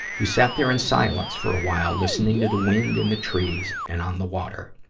we sat there in silence for a while, listening to the wind and the trees and on the water.